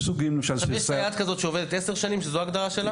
יש סייעת כזאת שעובדת 10 שנים וזו ההגדרה שלה?